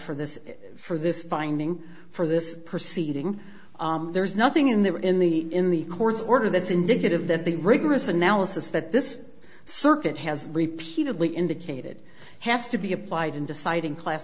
for this for this finding for this proceeding there's nothing in there in the in the court's order that's indicative that the rigorous analysis that this circuit has repeatedly indicated has to be applied in deciding class